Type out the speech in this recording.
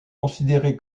considéré